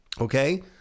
okay